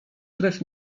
krew